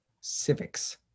Civics